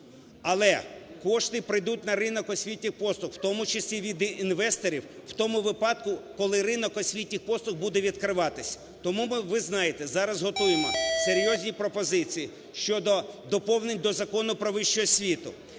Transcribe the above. Але кошти прийдуть на ринок освітніх послуг, в тому числі від інвесторів, в тому випадку, коли ринок освітніх послуг буде відкриватись. Тому ви знаєте, зараз готуємо серйозні пропозиції щодо доповнень до Закону про вищу освіту,